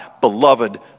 beloved